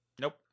Nope